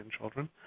children